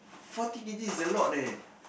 forty k_g is a lot leh